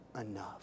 enough